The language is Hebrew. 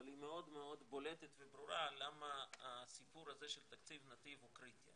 אבל היא מאוד מאוד בולטת וברורה למה הסיפור הזה של תקציב נתיב קריטי.